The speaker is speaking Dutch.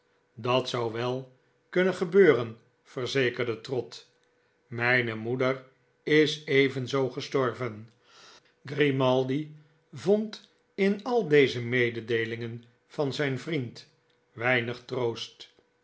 dat zou wel kunnen gebeuren verzekerde trott mijne moeder is evenzoo gestorven grimaldi vond in al deze mededeelingen van zijn vriend weinig troost